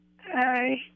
Hi